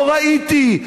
לא ראיתי.